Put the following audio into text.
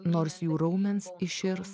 nors jų raumens iširs